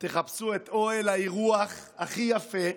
תחפשו את אוהל האירוח הכי יפה,